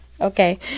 Okay